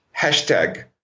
hashtag